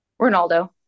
Ronaldo